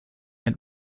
mit